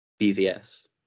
BVS